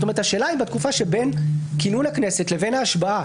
השאלה אם בתקופה שבין כינון הכנסת לבין ההשבעה